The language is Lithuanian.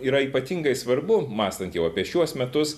yra ypatingai svarbu mąstant jau apie šiuos metus